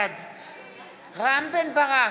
בעד רם בן ברק,